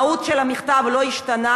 המהות של המכתב לא השתנתה,